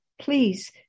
Please